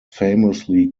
famously